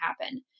happen